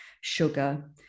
sugar